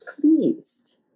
pleased